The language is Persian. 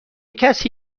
کسی